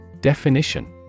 Definition